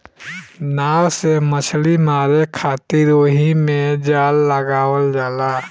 नाव से मछली मारे खातिर ओहिमे जाल लगावल जाला